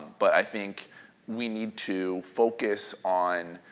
but i think we need to focus on,